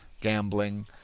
gambling